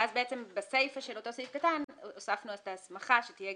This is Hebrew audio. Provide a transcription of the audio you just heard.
ואז בעצם בסיפה של אותו סעיף קטן הוספנו את ההסמכה שתהיה